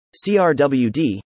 CRWD